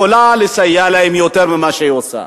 לסייע להם יותר ממה שהיא עושה.